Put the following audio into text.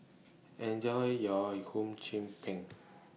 Enjoy your Hum Chim Peng